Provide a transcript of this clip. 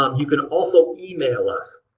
um you can also email us.